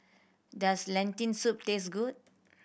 does Lentil Soup taste good